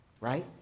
Right